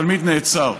התלמיד נעצר,